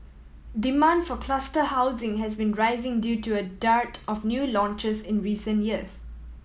demand for cluster housing has been rising due to a dearth of new launches in recent years